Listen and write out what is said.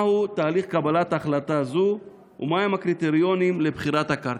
2. מהו תהליך קבלת החלטה זו ומה הם הקריטריונים לבחירת הקרקע?